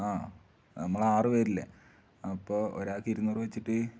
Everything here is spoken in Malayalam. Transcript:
ആ നമ്മൾ ആറ് പേരില്ലേ അപ്പോൾ ഒരാൾക്ക് ഇരുന്നൂറ് വെച്ചിട്ട്